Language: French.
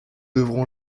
devrons